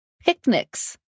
Picnics